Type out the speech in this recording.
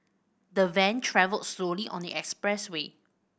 the van travelled slowly on the expressway